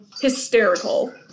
hysterical